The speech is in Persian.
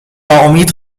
ناامید